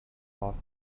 off